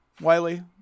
Wiley